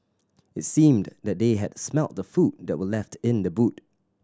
it seemed that they had smelt the food that were left in the boot